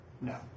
No